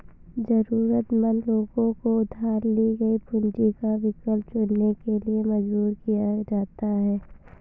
जरूरतमंद लोगों को उधार ली गई पूंजी का विकल्प चुनने के लिए मजबूर किया जाता है